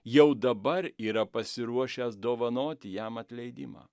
jau dabar yra pasiruošęs dovanoti jam atleidimą